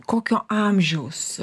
kokio amžiaus